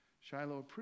Shiloh